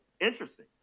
Interesting